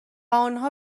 آنها